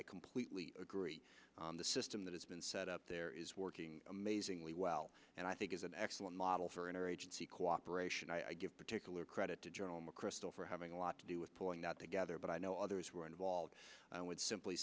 i completely agree the system that has been set up there is working amazingly well and i think is an excellent model for inner agency cooperation i give particular credit to journal mcchrystal for having a lot to do with pulling that together but i know others who are involved would simply